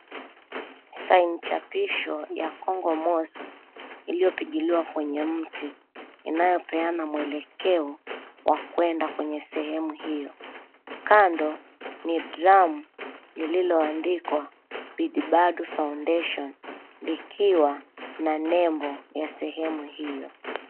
Sign chapisho ya KONGO MOSQUE iliyopigiliwa kwenye mti inayopeana maelekeo ya kwenda kwenye sehemu hiyo. Kando ni drum lililoandikwa, BIDI BADU FOUNDATION likiwa na nembo la sehemu hiyo.